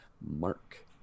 Mark